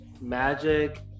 magic